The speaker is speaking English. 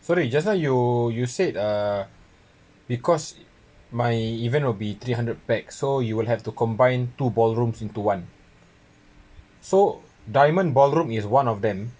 sorry just now you you said uh because my event will be three hundred pax so you will have to combine two ballrooms into one so diamond ballroom is one of them